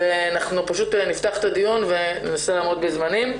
ואנחנו פשוט נפתח את הדיון וננסה לעמוד בזמנים.